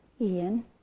Ian